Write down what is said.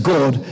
God